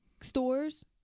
Stores